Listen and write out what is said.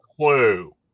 clue